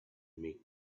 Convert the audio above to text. make